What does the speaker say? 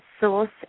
source